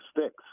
sticks